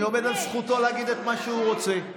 אני עומד על זכותו להגיד את מה שהוא רוצה.